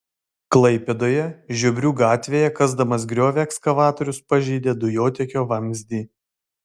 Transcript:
klaipėdoje žiobrių gatvėje kasdamas griovį ekskavatorius pažeidė dujotiekio vamzdį